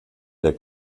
der